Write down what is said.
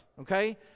Okay